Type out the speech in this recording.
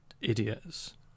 idiots